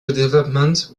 redevelopment